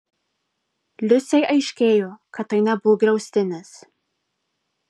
liusei aiškėjo kad tai nebuvo griaustinis